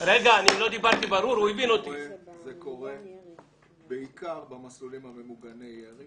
זה קורה בעיקר במסלולים ממוגני ירי,